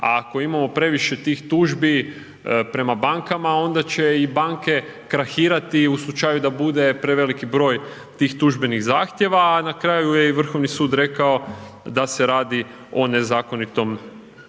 ako imamo previše tih tužbi prema bankama, onda će i banke krahirati u slučaju da bude preveliki broj tih tužbenih zahtjeva, a na kraju je i Vrhovni sud rekao da se radi o nezakonitom poslovanju.